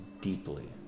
deeply